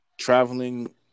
traveling